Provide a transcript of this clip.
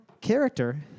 character